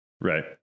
Right